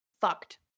fucked